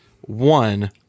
one